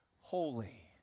holy